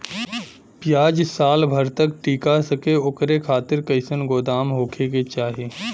प्याज साल भर तक टीका सके ओकरे खातीर कइसन गोदाम होके के चाही?